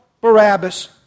Barabbas